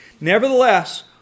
Nevertheless